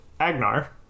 Agnar